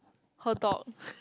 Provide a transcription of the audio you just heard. her dog